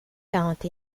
quarante